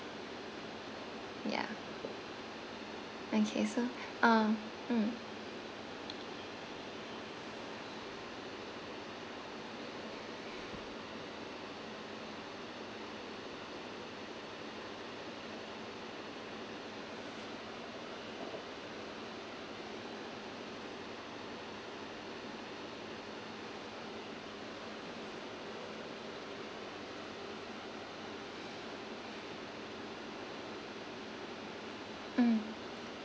yeah okay so um mm mm